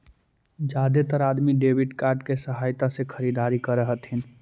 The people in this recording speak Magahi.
जादेतर अदमी डेबिट कार्ड के सहायता से खरीदारी कर हथिन